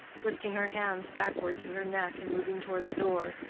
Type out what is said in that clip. lifting her hands backward to her neck and moving toward the door.